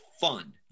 fun